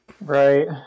right